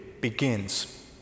begins